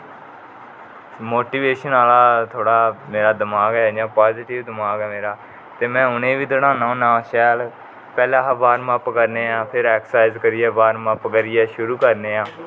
motivation आवे थोडा मेरा दिमाग ऐ इयां पाॅजीटिंव दिमाग ऐ मेरा ते में उन्हेगी बी दडाना होना शैल पहले अस बार्म अप करने हा फिर एक्सर्साइज करियै वार्म अप करियै शुरु करने हा ं